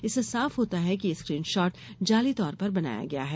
इससे साफ होता है कि यह स्क्रीन शहट जाली तौर पर बनाया गया है